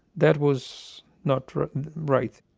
that was not right.